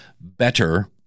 better